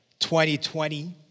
2020